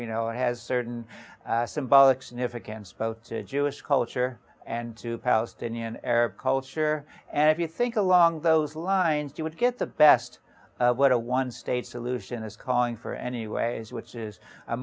you know it has certain symbolic significance both to jewish culture and to palestinian arab culture and if you think along those lines you would get the best what a one state solution is calling for anyways which is a